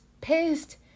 pissed